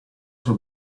sua